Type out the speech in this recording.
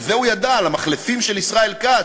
על זה הוא ידע, על המחלפים של ישראל כץ.